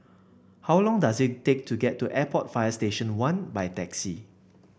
how long does it take to get to Airport Fire Station One by taxi